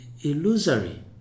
illusory